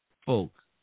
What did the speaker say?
folks